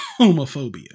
homophobia